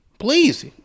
Please